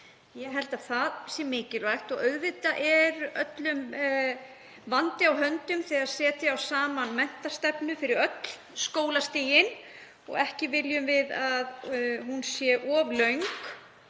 Ég held að það sé mikilvægt. Auðvitað er öllum vandi á höndum þegar setja á saman menntastefnu fyrir öll skólastigin. Ekki viljum við að hún sé of löng